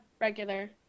regular